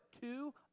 two